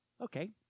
okay